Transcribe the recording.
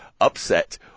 upset